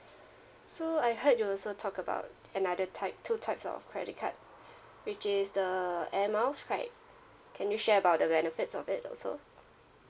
so I heard you also talk about another type two types of credit cards which is the air miles right can you share about the benefits of it also